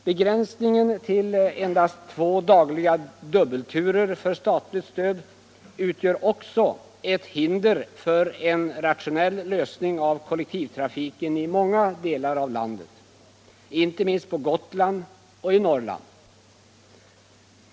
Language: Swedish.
Begränsningen till endast två dagliga dubbelturer för statligt stöd utgör också ett hinder för en rationell lösning av kollektivtrafiken i många delar av landet, inte minst på Gotland och i Norrland.